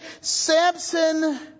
Samson